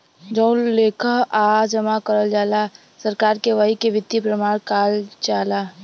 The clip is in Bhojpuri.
जउन लेकःआ जमा करल जाला सरकार के वही के वित्तीय प्रमाण काल जाला